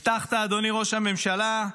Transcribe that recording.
הבטחת, אדוני ראש הממשלה,